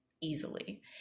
easily